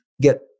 get